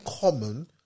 Common